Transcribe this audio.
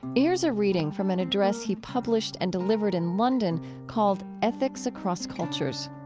here's a reading from an address he published and delivered in london called ethics across cultures